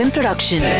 Production